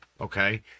Okay